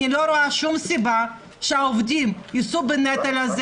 אני לא רואה שום סיבה שהעובדים יישאו בנטל הזה